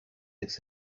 its